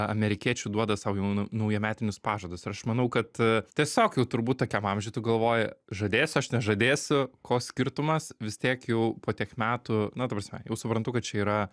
amerikiečių duoda sau jau na naujametinius pažadus ir aš manau kad tiesiog jau turbūt tokiam amžiuj tu galvoji žadėsiu aš nežadėsiu ko skirtumas vis tiek jau po tiek metų na ta prasme jau suprantu kad čia yra